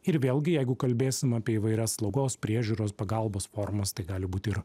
ir vėlgi jeigu kalbėsim apie įvairias slaugos priežiūros pagalbos formas tai gali būti ir